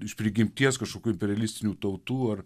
iš prigimties kažkokių imperialistinių tautų ar